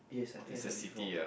yes I think I heard before